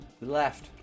Left